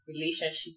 relationship